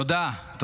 תודה.